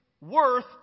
worth